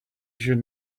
should